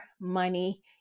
money